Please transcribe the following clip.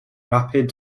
rapid